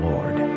Lord